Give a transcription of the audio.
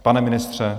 Pane ministře?